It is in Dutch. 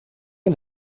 een